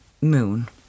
Moon